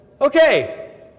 Okay